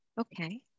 Okay